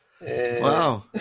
Wow